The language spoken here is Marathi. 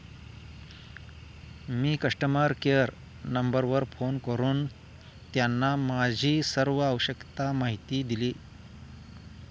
मी कस्टमर केअर नंबरवर फोन करून त्यांना माझी सर्व आवश्यक माहिती दिली